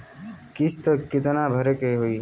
किस्त कितना भरे के होइ?